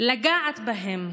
לגעת בהם,